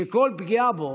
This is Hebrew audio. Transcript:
שכל פגיעה בו